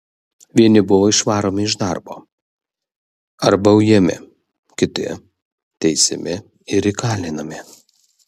vieni buvo išvaromi iš darbo arba ujami kiti teisiami ir įkalinami